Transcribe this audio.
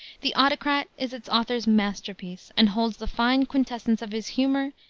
the autocrat is its author's masterpiece, and holds the fine quintessence of his humor,